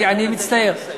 אני מצטער.